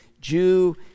jew